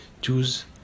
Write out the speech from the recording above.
choose